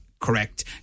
correct